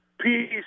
Peace